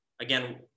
again